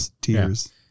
tears